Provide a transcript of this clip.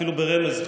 אפילו ברמז,